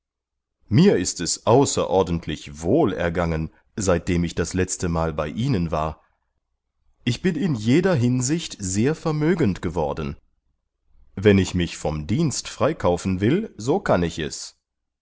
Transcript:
mir ist es außerordentlich wohl ergangen seitdem ich das letzte mal bei ihnen war ich bin in jeder hinsicht sehr vermögend geworden wenn ich mich vom dienst freikaufen will so kann ich es